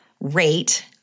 Rate